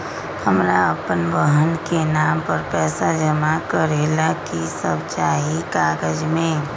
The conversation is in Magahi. हमरा अपन बहन के नाम पर पैसा जमा करे ला कि सब चाहि कागज मे?